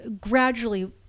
gradually